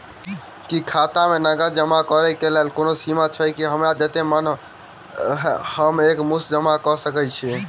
की खाता मे नगद जमा करऽ कऽ कोनो सीमा छई, की हमरा जत्ते मन हम एक मुस्त जमा कऽ सकय छी?